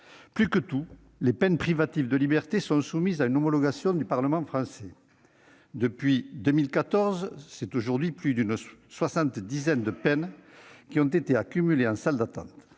Plus que tout, les peines privatives de liberté sont soumises à une homologation du Parlement français : depuis 2014, ce sont aujourd'hui plus de 70 peines qui ont été accumulées en salle d'attente.